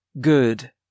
Good